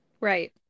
Right